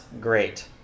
great